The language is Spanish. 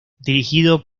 dirigido